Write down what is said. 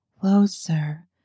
closer